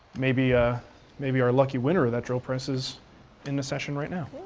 maybe ah maybe our lucky winner of that drill press is in this session right now.